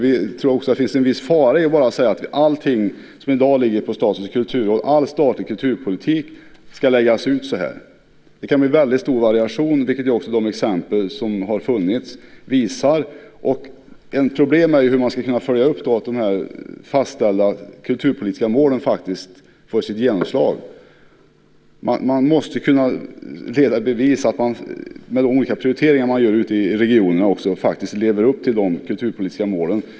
Vi tror också att det finns en viss fara i att bara säga att allting som i dag ligger på Statens kulturråd, all statlig kulturpolitik, ska läggas ut så här. Det kan bli väldigt stor variation, vilket också de exempel som har funnits visar. Ett problem är hur man ska kunna följa upp att de fastställda kulturpolitiska målen får sitt genomslag. Man måste kunna leda i bevis att man med de olika prioriteringar man gör ute i regionerna också lever upp till de kulturpolitiska målen.